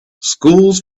schools